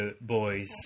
boys